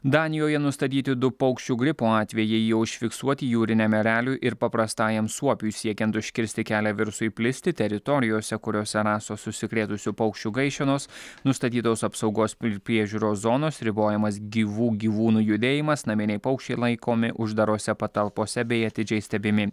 danijoje nustatyti du paukščių gripo atvejai jie užfiksuoti jūriniam ereliui ir paprastajam suopiui siekiant užkirsti kelią virusui plisti teritorijose kuriose rastos užsikrėtusių paukščių gaišenos nustatytos apsaugos priežiūros zonos ribojamas gyvų gyvūnų judėjimas naminiai paukščiai laikomi uždarose patalpose bei atidžiai stebimi